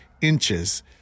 inches